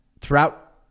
throughout